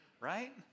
right